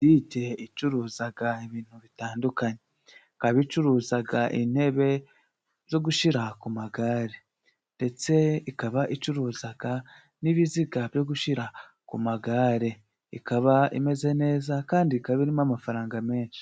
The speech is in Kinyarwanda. Butike icuruzaga ibintu bitandukanye ikaba icuruzaga intebe zo gushira ku magare ndetse ikaba icuruzaga n'ibiziga byo gushira ku magare ikaba imeze neza kandi ikaba irimo amafaranga menshi